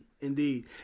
indeed